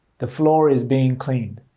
the floor is being cleaned.